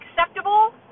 acceptable